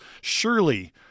surely